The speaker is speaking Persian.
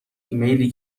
ایمیلی